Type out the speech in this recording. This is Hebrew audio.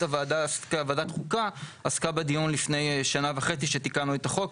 ועדת חוקה עסקה בדיון לפני שנה וחצי כשתיקנו את החוק,